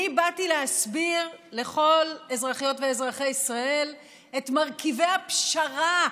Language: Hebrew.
אני באתי להסביר לכל אזרחיות ואזרחי ישראל את מרכיבי הפשרה המהוללת,